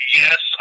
yes